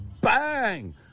Bang